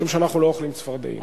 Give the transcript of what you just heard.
משום שאנחנו לא אוכלים צפרדעים.